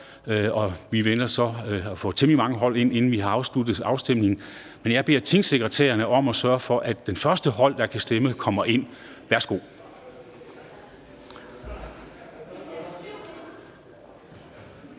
vi venter så at få temmelig mange hold ind, inden vi har afsluttet afstemningen. Men jeg beder tingsekretærerne om at sørge for, at det første hold, der kan stemme, kommer ind. Værsgo.